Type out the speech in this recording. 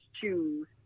choose